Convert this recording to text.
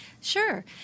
Sure